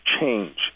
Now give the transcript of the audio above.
change